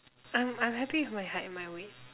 I'm I'm happy with my height and my weight